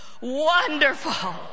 Wonderful